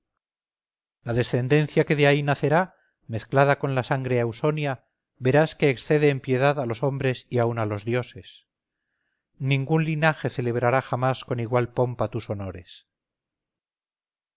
la descendencia que de ahí nacerá mezclada con la sangre ausonia verás que excede en piedad a los hombres y aun a los dioses ningún linaje celebrará jamás con igual pompa tus honores